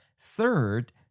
Third